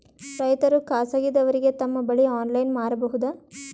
ರೈತರು ಖಾಸಗಿದವರಗೆ ತಮ್ಮ ಬೆಳಿ ಆನ್ಲೈನ್ ಮಾರಬಹುದು?